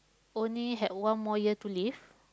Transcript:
only had one more year to live